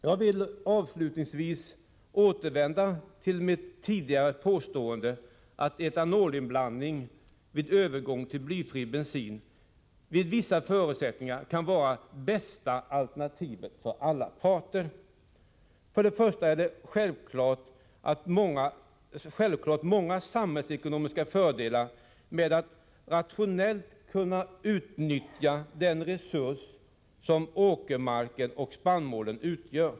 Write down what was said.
Jag vill avslutningsvis återvända till mitt tidigare påstående, att etanolinblandning vid övergång till blyfri bensin under vissa förutsättningar kan vara det bästa alternativet för alla parter. Först och främst är det självfallet många samhällsekonomiska fördelar med att rationellt kunna utnyttja den resurs som åkermarken och spannmålen utgör.